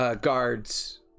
guards